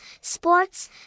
sports